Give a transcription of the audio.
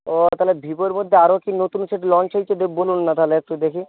ও তাহলে ভিভোর মধ্যে আরও কি নতুন সেট লঞ্চ হয়েছে বলুন না তাহলে একটু দেখি